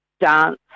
dance